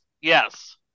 Yes